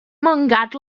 mangat